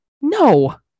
No